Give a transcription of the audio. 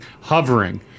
hovering